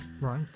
Right